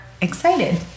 excited